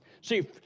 See